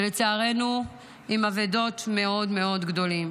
ולצערנו עם אבדות מאוד מאדו גדולות.